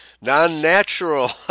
non-natural